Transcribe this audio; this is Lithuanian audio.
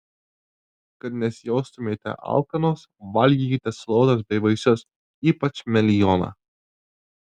kad nesijaustumėte alkanos valgykite salotas bei vaisius ypač melioną